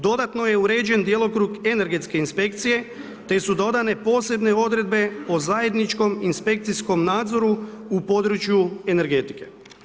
Dodatno je uređen djelokrug energetske inspekcije, te su dodane posebne odredbe o zajedničkom inspekcijskom nadzoru u području energetike.